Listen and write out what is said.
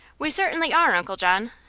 we certainly are, uncle john!